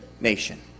nation